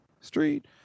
street